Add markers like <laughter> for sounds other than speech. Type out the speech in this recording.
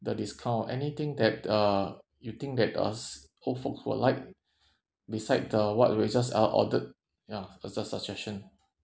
the discount anything that uh you think that s~ old folk would like <breath> beside the what we've uh ordered ya as a suggestion